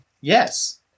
Yes